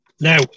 Now